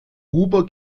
huber